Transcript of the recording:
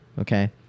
okay